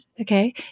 Okay